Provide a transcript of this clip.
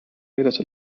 اليلة